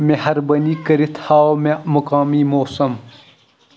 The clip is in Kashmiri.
مہربٲنی کٔرِتھ ہاو مےٚ مقامی موسم